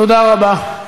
תודה רבה.